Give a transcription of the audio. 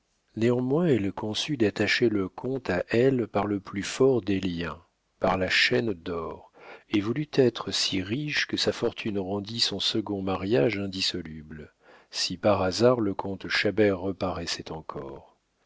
néanmoins elle conçut d'attacher le comte à elle par le plus fort des liens par la chaîne d'or et voulut être si riche que sa fortune rendît son second mariage indissoluble si par hasard le comte chabert reparaissait encore